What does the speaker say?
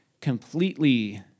completely